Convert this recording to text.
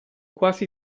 quasi